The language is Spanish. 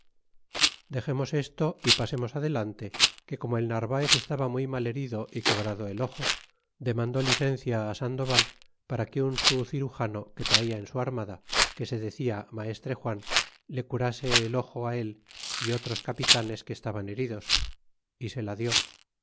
dexemos esto y pasemos adelante que como el narvaez estaba muy mal herido y quebrado el ojo demandó licencia sandoval para que un su cirm jano que traia en su armada que se decía maestre juan le curase el ojo á él y otros capitanes que estaban heridos y se la dió